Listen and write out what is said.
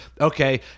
Okay